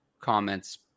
comments